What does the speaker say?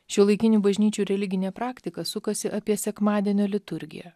šiuolaikinių bažnyčių religinė praktika sukasi apie sekmadienio liturgiją